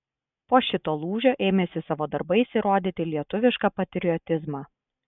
po šito lūžio ėmėsi savo darbais įrodyti lietuvišką patriotizmą